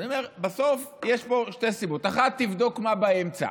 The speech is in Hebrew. יש פה שתי סיבות: אחת, תבדוק מה באמצע.